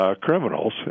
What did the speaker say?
Criminals